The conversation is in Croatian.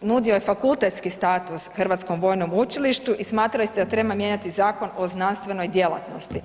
nudio je fakultetski status Hrvatskom vojnom učilištu i smatrali ste da treba mijenjati Zakon o znanstvenoj djelatnosti.